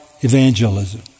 evangelism